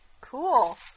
Cool